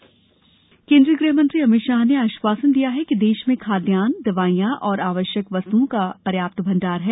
अमित शाह केन्द्रीय गृहमंत्री अमित शाह ने आश्वासन दिया है कि देश में खाद्यान दवाइयां और अन्य आवश्यक वस्तुओं का पर्याप्त भंडार है